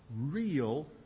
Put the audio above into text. real